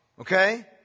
okay